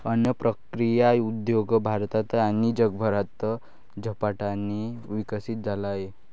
अन्न प्रक्रिया उद्योग भारतात आणि जगभरात झपाट्याने विकसित झाला आहे